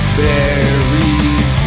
buried